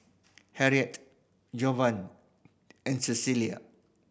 Henriette Jovani and